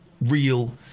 real